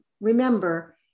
remember